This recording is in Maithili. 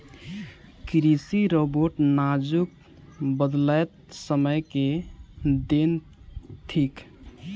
कृषि रोबोट आजुक बदलैत समय के देन थीक